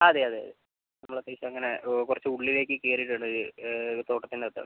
അതേ അതേ അതേ നമ്മള പ്ലേസ് അങ്ങനെ കൊറച്ച് ഉള്ളിലേക്ക് കേറീട്ട് ഇണ്ട് തോട്ടത്തിൻ്റ അകത്താണ്